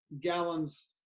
gallons